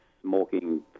smoking